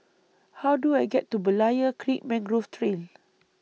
How Do I get to Berlayer Creek Mangrove Trail